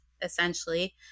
essentially